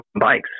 bikes